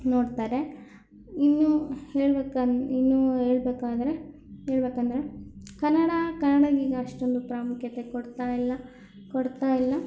ನೋಡ್ತಾರೆ ಇನ್ನೂ ಹೇಳ್ಬೇಕನ್ ಇನ್ನೂ ಹೇಳ್ಬೇಕು ಅಂದರೆ ಹೇಳಬೇಕಂದ್ರೆ ಕನ್ನಡ ಕನ್ನಡಗೀಗ ಅಷ್ಟೊಂದು ಪ್ರಾಮುಖ್ಯತೆ ಕೊಡ್ತಾ ಇಲ್ಲ ಕೊಡ್ತಾ ಇಲ್ಲ